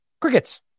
Crickets